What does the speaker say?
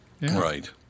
Right